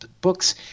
books